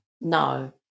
No